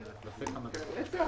הישיבה